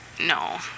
no